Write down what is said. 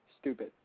stupid